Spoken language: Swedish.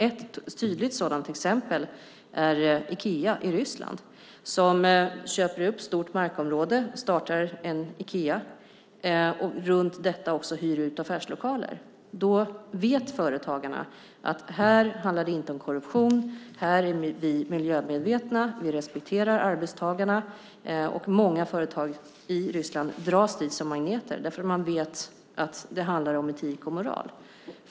Ett tydligt sådant exempel är Ikea i Ryssland som köper upp ett stort markområde, startar ett Ikeavaruhus och runt detta hyr ut affärslokaler. Då vet företagarna att här handlar det inte om korruption, här är vi miljömedvetna, här respekterar vi arbetstagarna. Många företag i Ryssland dras dit som magneter eftersom de vet att det handlar om etik och moral.